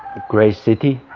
great city,